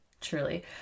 truly